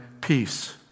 peace